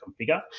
configure